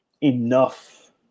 enough